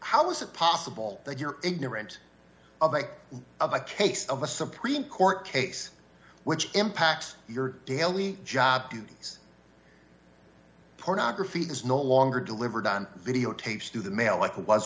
how is it possible that you're ignorant of a of a case of a supreme court case which impacts your daily job duties pornography is no longer delivered on videotapes through the mail